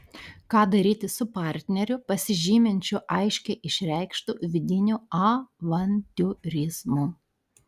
ką daryti su partneriu pasižyminčiu aiškiai išreikštu vidiniu avantiūrizmu